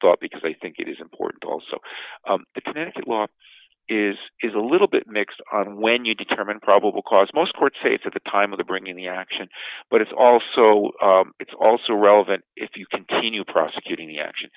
thought because i think it is important also the connecticut law is is a little bit mixed on when you determine probable cause most court states at the time of the bringing the action but it's also it's also relevant if you continue prosecuting the action